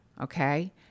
okay